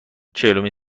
چهلمین